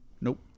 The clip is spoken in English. Nope